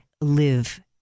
live